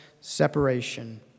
separation